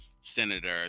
senator